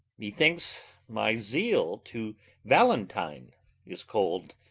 methinks my zeal to valentine is cold,